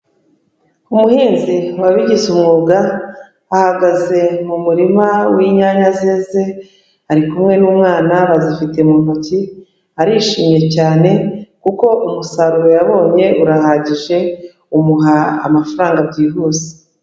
Umuhinzi wabigize umwuga ahagaze mu murima w'inyanya zeze ari kumwe n'umwana bazifite mu ntoki, arishimye cyane kuko umusaruro yabonye urahagije umuha amafaranga byihuse.